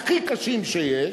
הכי קשים שיש,